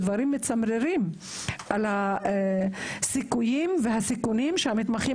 דברים מצמררים על הסיכויים והסיכונים שהמתמחים